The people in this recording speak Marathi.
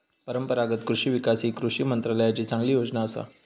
परंपरागत कृषि विकास ही कृषी मंत्रालयाची चांगली योजना असा